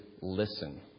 listen